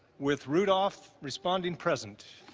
with rudolph responding present.